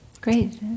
Great